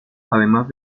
además